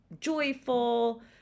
joyful